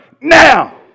now